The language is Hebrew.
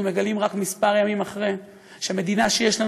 אנחנו מגלים רק כמה ימים אחרי שמדינה שיש לנו